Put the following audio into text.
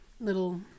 little